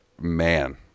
Man